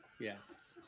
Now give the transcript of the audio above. Yes